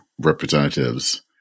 representatives